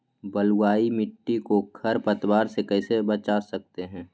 बलुई मिट्टी को खर पतवार से कैसे बच्चा सकते हैँ?